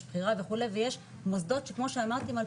יש בחירה וכו' ויש מוסדות שכמו אמרתי הם על